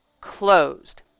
closed